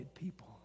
people